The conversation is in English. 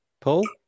Paul